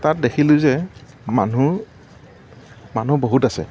তাত দেখিলো যে মানুহৰ মানুহ বহুত আছে